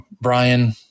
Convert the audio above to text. Brian